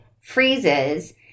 freezes